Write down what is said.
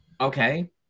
okay